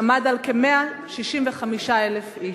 עמד על כ-165,000 איש.